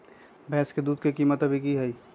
भैंस के दूध के कीमत अभी की हई?